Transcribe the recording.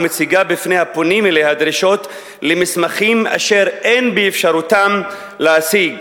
ומציגה בפני הפונים אליה דרישות למסמכים אשר אין באפשרותם להשיג.